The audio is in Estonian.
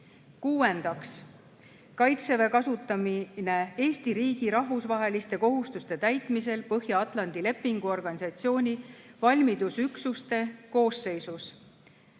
Kuuendaks, "Kaitseväe kasutamine Eesti riigi rahvusvaheliste kohustuste täitmisel Põhja-Atlandi Lepingu Organisatsiooni valmidusüksuste koosseisus".